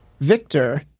Victor